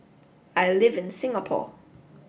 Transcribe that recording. I live in Singapore